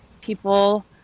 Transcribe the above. people